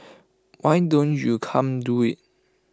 why don't you come do IT